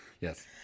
Yes